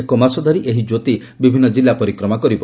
ଏକମାସ ଧରି ଏହି କ୍ୟୋତି ବିଭିନ୍ନ କିଲ୍ଲା ପରିକ୍ରମା କରିବ